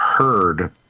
heard